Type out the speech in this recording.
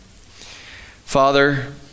Father